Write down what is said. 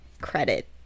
credit